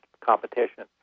competition